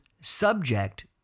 subject